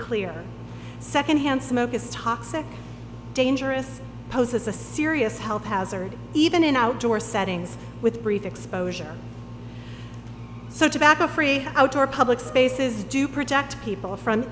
clear secondhand smoke is toxic dangerous poses a serious health hazard even in outdoor settings with brief exposure so tobacco free outdoor public spaces do protect people from